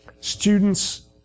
Students